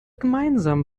gemeinsam